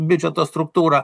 biudžeto struktūrą